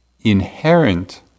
inherent